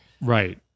Right